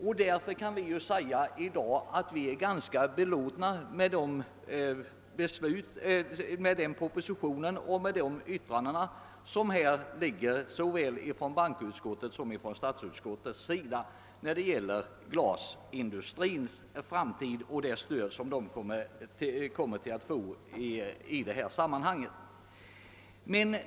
Vi kan i dag säga att vi är ganska belåtna med såväl propositionen som de utlåtanden som nu föreligger från bankoutskottet och statsutskottet vad gäller glasindustrins framtid och det stöd som den kommer att få i detta sammanhang.